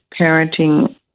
parenting